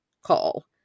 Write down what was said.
call